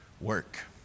Work